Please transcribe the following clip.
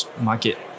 market